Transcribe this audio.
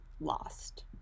lost